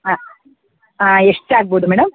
ಹಾಂ ಹಾಂ ಎಷ್ಟು ಆಗ್ಬೋದು ಮೇಡಮ್